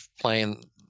playing